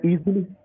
easily